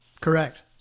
Correct